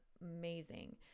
amazing